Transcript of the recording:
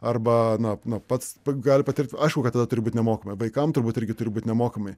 arba na na pats gali patirti aišku kad tada turi būt nemokamai vaikams turbūt irgi turi būt nemokami